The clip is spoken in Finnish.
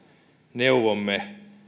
neuvomme